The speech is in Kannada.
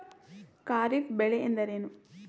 ಖಾರಿಫ್ ಬೆಳೆ ಎಂದರೇನು?